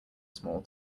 small